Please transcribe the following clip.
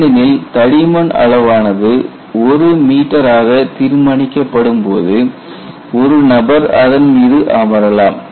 ஏனெனில் தடிமன் அளவானது 1 மீட்டர் ஆக தீர்மானிக்கபடும்போது ஒரு நபர் அதன் மீது அமரலாம்